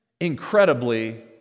incredibly